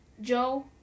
Joe